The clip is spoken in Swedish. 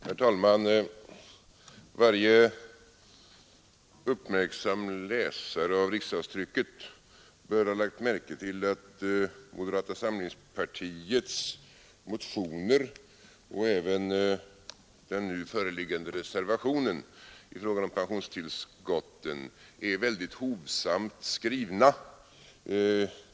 Herr talman! Varje uppmärksam läsare av riksdagstrycket bör ha lagt märke till att moderata samlingspartiets motioner och även den nu föreliggande reservationen i fråga om pensionstillskotten är väldigt hovsamt skrivna.